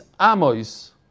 Amos